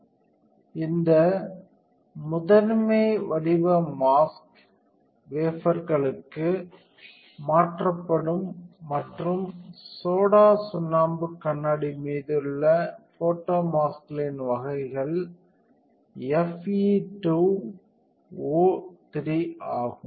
இந்து முதன்மை வடிவ மாஸ்க் வேபர்களுக்கு மாற்றப்படும் மற்றும் சோடா சுண்ணாம்பு கண்ணாடி மீதுள்ள ஃபோட்டோமாஸ்களின் வகைகள் Fe2O3 ஆகும்